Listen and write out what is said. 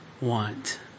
want